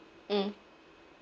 mm